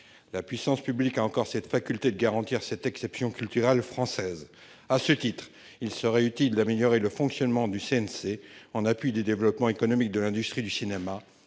La puissance publique a encore la faculté de garantir l'exception culturelle française. À ce titre, il serait utile d'améliorer l'intervention du CNC en appui au développement économique de l'industrie du cinéma,